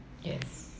yes